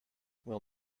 will